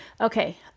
Okay